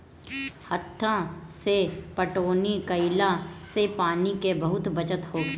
हत्था से पटौनी कईला से पानी के बहुत बचत होखेला